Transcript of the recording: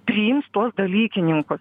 priims tuos dalykininkus